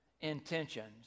intentions